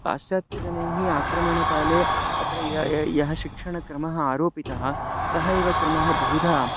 पाश्चात्य जनैः आक्रमणकाले अत्र यः यः यः शिक्षणक्रमः आरोपितः सः एव क्रमः बहुधा